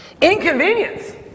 Inconvenience